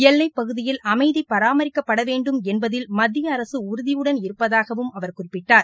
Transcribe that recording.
எல்லைப் பகுதியில் அமைதி பராமரிக்கப்பட வேண்டும் என்பதில் மத்திய அரசு உறுதியுடன் இருப்பதாகவும் அவர் குறிப்பிட்டார்